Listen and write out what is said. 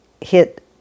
hit